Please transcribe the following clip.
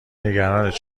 نگرانت